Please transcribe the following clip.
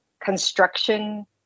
construction